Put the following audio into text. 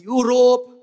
Europe